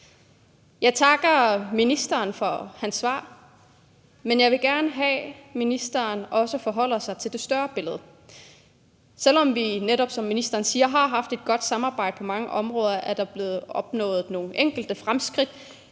Jeg takker ministeren for hans svar, men jeg vil også gerne have, at ministeren forholder sig til det større billede. Selv om vi netop, som ministeren siger, har haft et godt samarbejde, og der på mange områder er blevet opnået nogle enkelte fremskridt,